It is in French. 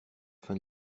fin